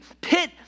pit